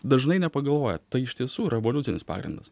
dažnai nepagalvoja tai iš tiesų yra evoliucinis pagrindas